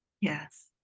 yes